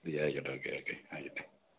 ആയിക്കൊട്ടെ okay okay ആയിക്കൊട്ടെ